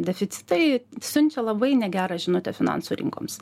deficitai siunčia labai negerą žinutę finansų rinkoms